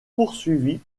poursuivi